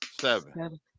seven